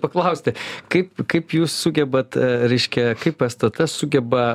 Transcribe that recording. paklausti kaip kaip jūs sugebat reiškia kaip stt sugeba